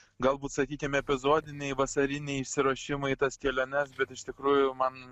galbūt sakykim epizodiniai vasariniai išsiruošimai į tas keliones bet iš tikrųjų man